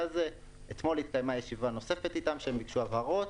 אתמול התקיימה ישיבה נוספת איתם שהם ביקשו הרחבות,